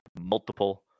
multiple